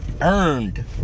earned